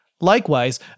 Likewise